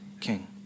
King